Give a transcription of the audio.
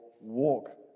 walk